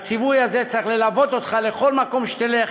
והציווי הזה צריך ללוות אותך לכל מקום שתלך,